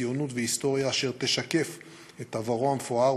ציונות והיסטוריה אשר תשקף את עברו המפואר.